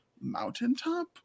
Mountaintop